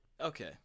okay